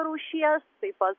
rūšies taip pat